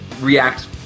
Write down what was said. react